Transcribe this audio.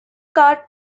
car